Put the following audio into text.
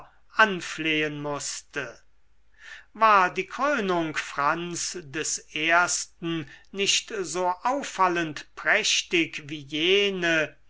anflehen mußte war die krönung franz des ersten nicht so auffallend prächtig wie jene